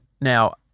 Now